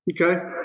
okay